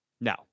No